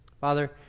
Father